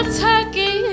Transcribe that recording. turkey